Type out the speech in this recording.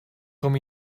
com